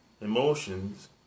emotions